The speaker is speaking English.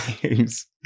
games